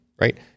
right